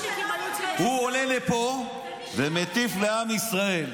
הוא עולה לפה ומטיף לעם ישראל.